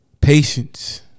patience